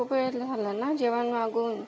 खूप वेळेत झाला ना जेवण मागवून